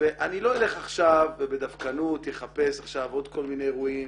אני לא אלך עכשיו ודווקא אחפש עוד כל מיני אירועים,